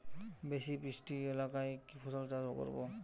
বেশি বৃষ্টি এলাকায় কি ফসল চাষ করব?